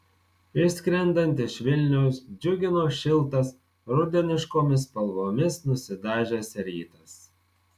išskrendant iš vilniaus džiugino šiltas rudeniškomis spalvomis nusidažęs rytas